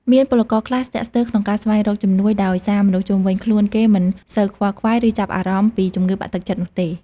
មានពលករខ្លះស្ទាក់ស្ទើរក្នុងការស្វែងរកជំនួយ ដោយសារមនុស្សជុំវិញខ្លួនគេមិនសូវខ្វល់ខ្វាយ ឬចាប់អារម្មណ៍ពីជំងឺផ្លូវចិត្តនោះទេ។